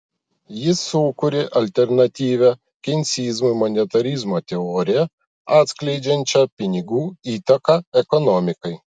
jis sukūrė alternatyvią keinsizmui monetarizmo teoriją atskleidžiančią pinigų įtaką ekonomikai